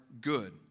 good